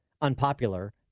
unpopular